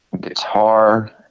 guitar